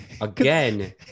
Again